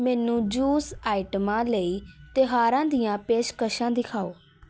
ਮੈਨੂੰ ਜੂਸ ਆਈਟਮਾਂ ਲਈ ਤਿਉਹਾਰਾਂ ਦੀਆਂ ਪੇਸ਼ਕਸ਼ਾਂ ਦਿਖਾਓ